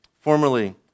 Formerly